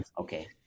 Okay